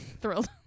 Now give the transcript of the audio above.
Thrilled